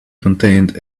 contained